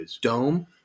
dome